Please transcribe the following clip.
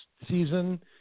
season